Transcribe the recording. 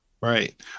Right